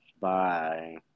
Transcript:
Bye